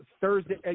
Thursday